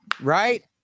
Right